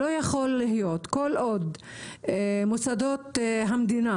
לא יכול להיות שכל עוד מוסדות המדינה